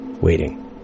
waiting